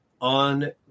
on